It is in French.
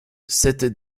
cette